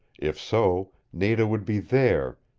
if so, nada would be there,